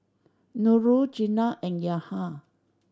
Nurul Jenab and Yahya